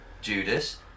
Judas